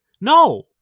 No